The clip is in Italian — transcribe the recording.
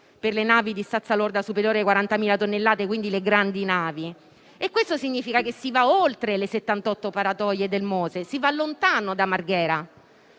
per le navi di stazza lorda superiore a 40.000 tonnellate, quindi le grandi navi. Ciò significa che si va oltre le 78 paratoie del Mose e si va lontano da Marghera.